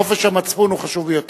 חופש המצפון הוא חשוב ביותר.